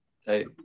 Hey